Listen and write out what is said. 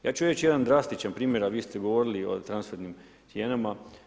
Ja ću reći jedan drastičan primjer, a vi ste govorili o transfernim cijenama.